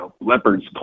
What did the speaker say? leopards